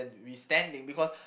we standing because